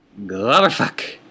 Gloverfuck